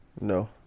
No